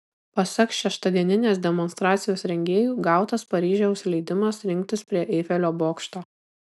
pasak šeštadieninės demonstracijos rengėjų gautas paryžiaus leidimas rinktis prie eifelio bokšto